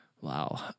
Wow